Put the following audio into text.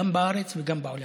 גם בארץ וגם בעולם.